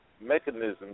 mechanisms